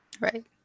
Right